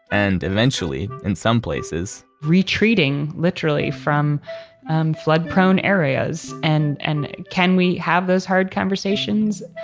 and eventually in some places, retreating literally from and flood-prone areas. and and can we have those hard conversations?